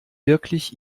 wirklich